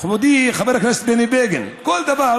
מכובדי חבר הכנסת בני בגין, בכל דבר